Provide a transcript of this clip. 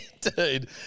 dude